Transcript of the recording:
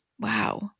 Wow